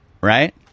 Right